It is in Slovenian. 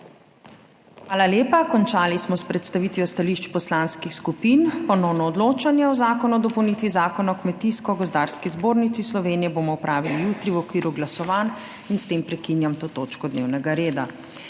Hvala lepa. Končali smo s predstavitvijo stališč poslanskih skupin. Ponovno odločanje o Zakonu o dopolnitvi Zakona o Kmetijsko gozdarski zbornici Slovenije bomo opravili jutri v okviru glasovanj. S tem prekinjam to točko dnevnega reda.